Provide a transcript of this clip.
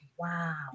Wow